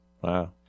Wow